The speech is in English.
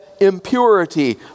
impurity